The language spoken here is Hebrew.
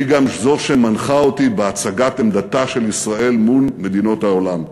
והיא גם שמנחה אותי בהצגת עמדתה של ישראל מול מדינות העולם.